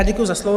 Děkuju za slovo.